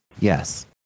Yes